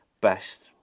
best